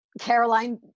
Caroline